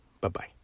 Bye-bye